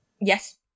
Yes